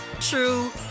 true